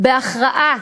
עומד להכרעה